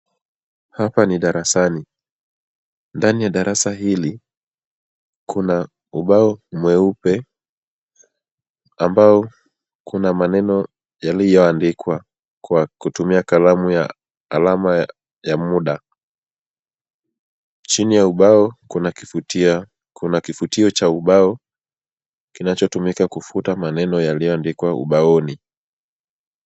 Hapa ni darasani. Ndani ya darasa hili, kuna ubao mweupe ambao kuna maneno yaliyoandikwa kwa kutumia kalamu ya alama ya muda. Chini ya ubao kuna kifutio cha ubao kinachotumika kufuta maneno yaliyoandikwa ubaoni.